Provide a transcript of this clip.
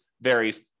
varies